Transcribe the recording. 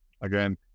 Again